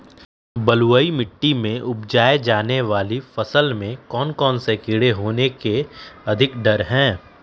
बलुई मिट्टी में उपजाय जाने वाली फसल में कौन कौन से कीड़े होने के अधिक डर हैं?